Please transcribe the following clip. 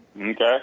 Okay